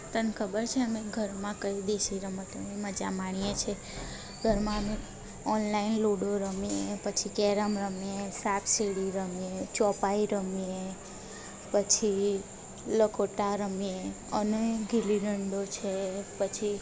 તને ખબર છે અમે ઘરમાં કઈ દેશી રમતોની મજા માણીએ છીએ ઘરમાં અમે ઓનલાઈન લૂડો રમીએ પછી કેરમ રમીએ સાપસીડી રમીએ ચોપાઈ રમીએ પછી લખોટા રમીએ અને ગીલી દંડો છે પછી